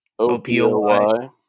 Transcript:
OPOY